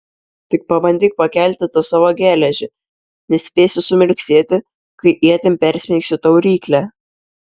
tik pabandyk pakelti tą savo geležį nespėsi sumirksėti kai ietim persmeigsiu tau ryklę